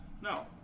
No